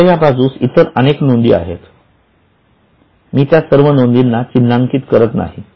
आता या बाजूस इतर अनेक नोंदी आहेत मी त्या सर्व नोंदीना चिन्हांकित करत नाही